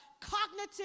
cognitive